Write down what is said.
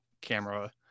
camera